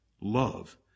Love